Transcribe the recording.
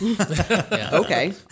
Okay